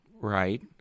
Right